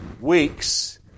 weeks